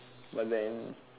but then